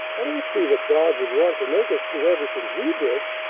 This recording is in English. i don't see that god would want to make us do everything he did.